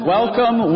Welcome